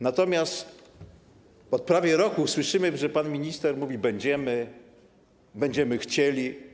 Natomiast od prawie roku słyszymy, że pan minister mówi: będziemy, będziemy chcieli.